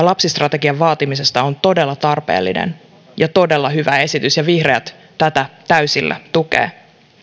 lapsistrategian vaatimisesta on todella tarpeellinen ja todella hyvä esitys ja vihreät tätä täysillä tukevat